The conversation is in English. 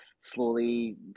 slowly